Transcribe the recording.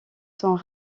sont